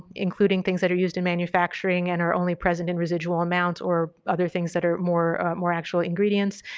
including things that are used in manufacturing and are only present in residual amounts or other things that are more more actual ingredients.